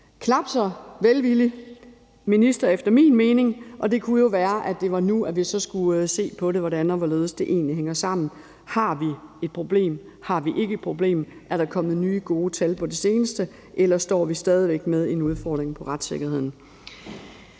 knap så velvillig minister, og det kunne jo være, at det var nu, at vi så skulle se på, hvordan og hvorledes det egentlig hænger sammen. Har vi et problem? Har vi ikke et problem? Er der kommet nye, gode tal på det seneste, eller står vi stadig væk med en udfordring på retssikkerhedsområdet?